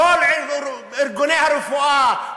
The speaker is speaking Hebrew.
כל ארגוני הרפואה,